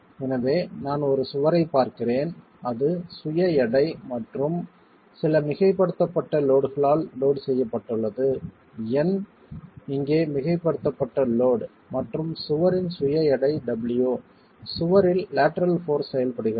எனவே நான் ஒரு சுவரைப் பார்க்கிறேன் அது சுய எடை மற்றும் சில மிகைப்படுத்தப்பட்ட லோட்களால் லோட் செய்யப்பட்டுள்ளது N இங்கே மிகைப்படுத்தப்பட்ட லோட் மற்றும் சுவரின் சுய எடை W சுவரில் லேட்டரல் போர்ஸ் செயல்படுகிறது